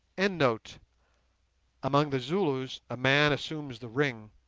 endnote among the zulus a man assumes the ring,